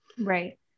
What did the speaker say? right